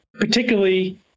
particularly